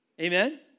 Amen